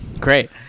Great